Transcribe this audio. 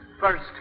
first